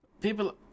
People